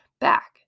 back